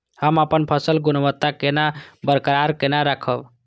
हम अपन फसल गुणवत्ता केना बरकरार केना राखब?